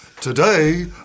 Today